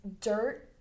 dirt